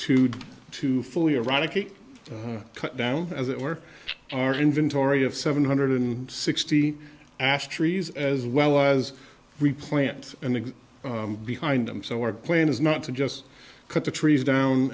do to fully eradicate cut down as it were our inventory of seven hundred sixty ash trees as well as replant and behind them so our plan is not to just cut the trees down